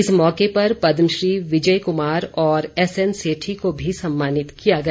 इस मौके पर पदमश्री विजय कुमार और एसएन सेठी को भी सम्मानित किया गया